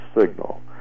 signal